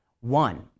One